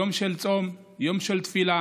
זה יום של צום, יום של תפילה